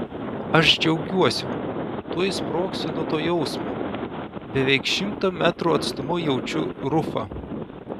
aš džiaugiuosi tuoj sprogsiu nuo to jausmo beveik šimto metrų atstumu jaučiu rufą